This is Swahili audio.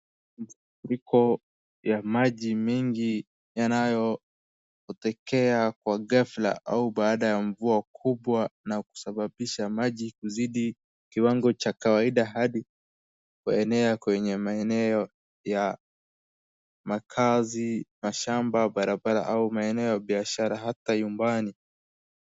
Iko ya maji mingi inayotokea kwa ghafla au baada ya mvua kubwa na kusababisha maji kuzidi kiwango cha kawaida hadi kuenea kwenye maeneo ya makaazi, mashamba, barabara au maeneo ya biashara ata nyumbani.